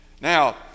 Now